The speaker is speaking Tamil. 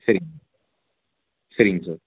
சரிங்க சரிங்க சார்